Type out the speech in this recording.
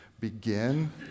Begin